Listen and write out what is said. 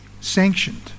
sanctioned